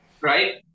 Right